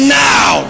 now